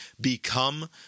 become